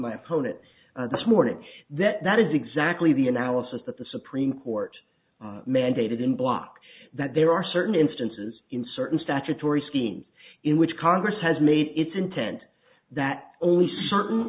opponent this morning that that is exactly the analysis that the supreme court mandated in block that there are certain instances in certain statutory scheme in which congress has made its intent that only certain